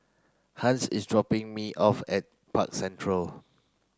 Hans is dropping me off at Park Central